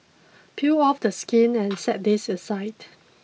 peel off the skin and set this aside